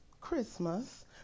Christmas